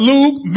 Luke